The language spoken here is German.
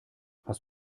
hast